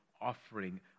offering